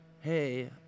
Hey